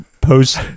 post